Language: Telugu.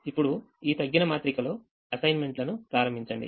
ఇప్పుడు ఈ తగ్గిన మాత్రికలోఅసైన్మెంట్ లను ప్రారంభించండి